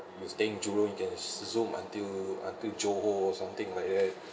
you staying jurong you can zoom until until johor or something like